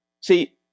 See